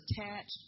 attached